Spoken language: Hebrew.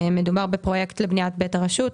מדובר בפרויקט לבניית בית הרשות,